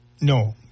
No